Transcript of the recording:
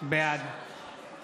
בעד